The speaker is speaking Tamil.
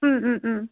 ம் ம் ம்